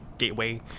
gateway